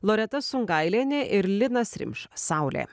loreta sungailienė ir linas rimša saulė